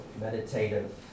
meditative